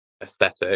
aesthetic